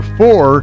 four